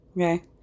Okay